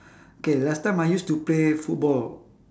K last time I used to play football